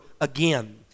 again